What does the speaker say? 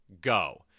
go